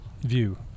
view